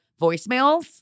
voicemails